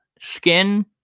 skin